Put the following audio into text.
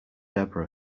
debra